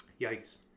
Yikes